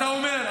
אתה אומר,